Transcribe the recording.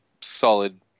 solid